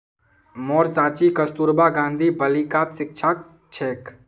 मोर चाची कस्तूरबा गांधी बालिकात शिक्षिका छेक